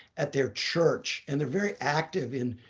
at their church. and they're very active in,